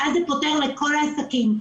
ואז זה פותר לכל העסקים.